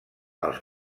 els